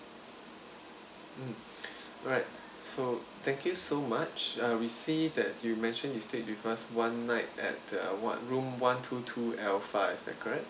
mm alright so thank you so much uh we see that you mentioned you stayed with us one night at the what room one two two alpha is that correct